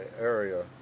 area